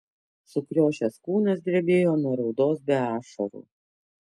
sukriošęs kūnas drebėjo nuo raudos be ašarų